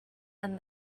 and